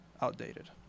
outdated